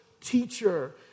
teacher